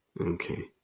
Okay